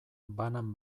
banan